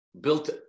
built